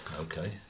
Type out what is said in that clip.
okay